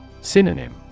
Synonym